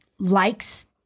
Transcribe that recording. likes